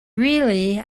really